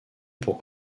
pour